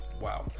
Wow